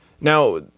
Now